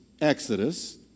Exodus